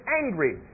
angry